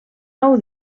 nou